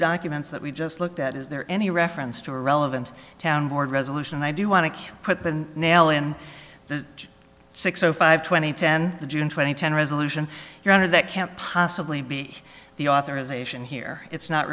documents that we just looked at is there any reference to a relevant town board resolution and i do want to put the nail in the six o five twenty ten the june twenty ten resolution your honor that can't possibly be the authorization here it's not